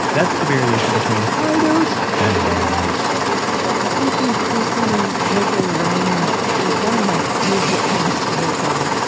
that's the variation between high notes and low notes i think increasing vocal range is one of my favorite things to work on.